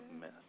mess